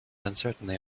uncertainly